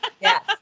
Yes